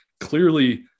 clearly